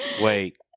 Wait